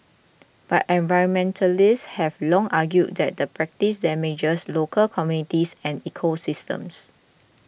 but environmentalists have long argued that the practice damages local communities and ecosystems